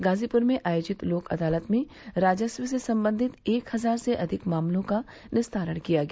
गाजीपुर में आयोजित लोक अदालत में राजस्व से संबंधित एक हजार से अधिक मामलों का निस्तारण किया गया